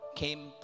came